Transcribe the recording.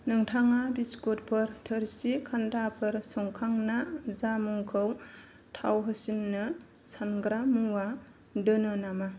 नोंथाङा बिस्कुटफोर थोरसि खान्थाफोर संखांना जामुंखौ थावहोसिननो सारग्रा मुवा दोनो नामा